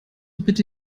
bitte